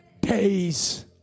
days